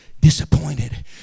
disappointed